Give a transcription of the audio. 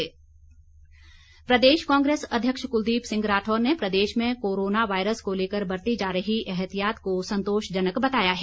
राठौर प्रदेश कांग्रेस अध्यक्ष कुलदीप सिंह राठौर ने प्रदेश में कोरोना वायरस को लेकर बरती जा रही एहतियात को संतोषजनक बताया है